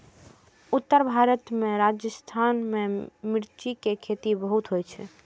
उत्तर भारत के राजस्थान मे मिर्च के खेती बहुत होइ छै